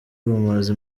bamubaza